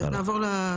הלאה.